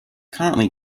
currently